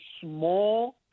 small